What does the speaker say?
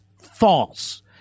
false